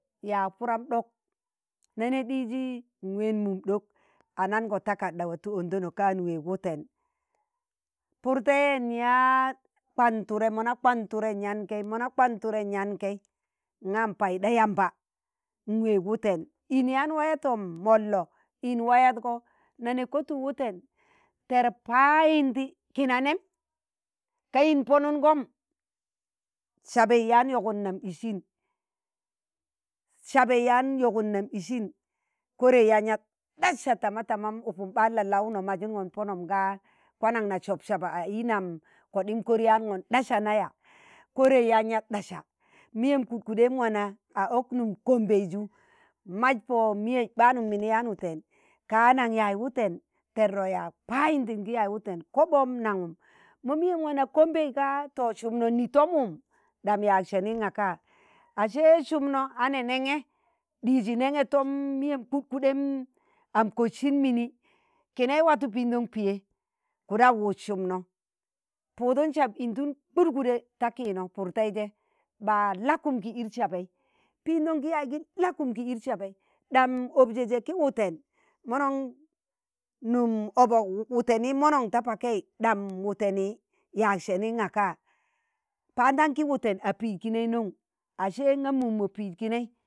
yaag puram ɗok na ne ɗijii nween mumɗok anango takarɗa watu ondano ka n weeg wuten, pur tẹi nyaan kwan ture, mọna kwan ture yaan kẹi, mọ na kwan ture nyam kẹi, ṇga npaiɗa yamba nweeg wuten, in yaan wayatọmmọllo ln wayadgo nane kotuk wuten tẹr payindi kina nẹm, ka yin pọnụngọm, sabai yạan yọgụd nam isin, sabei yaan yogun nam isin, kọrẹi yaan yad ɗasa tama tama upum ɓaan la'launo majuṇgọn pọnọm ga kwanaṇ na sup saba a ị nam koɗim koro yaangon ɗasa na ya korai yaan yaad ɗasa miyem kukuɗem wana a ọk num Gombe ju maj pọ miyei ɓạanụm mini yaan wụtẹn ka nan yaaz wụten tẹrrọ yaag payindi ngi yaaz wuten koɓom nangum mo miyem wana kombei ga to sumno ni tom wum. ɗam yaag sẹnin ngaka ashe sumno a nẹ nẹẹneg̣ ɗiji, nẹẹng̣ẹ tọm miyem kakuɗem am kotsin mini kinai watu pindan piye kudau wut sumno pụdum sab indun kudguɗe ta kiino pur taije ɓa lakum ki id sabei, pindon ki yaaj kum lakum ki id sabai ɗam objeje ki wuten monon num obok wuteni monon ta pakai ɗam wuteni yaag senin ngaka, pandan ki wuten a pizz kinei non?ashe inga mum mo pịid kinai,